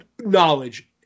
knowledge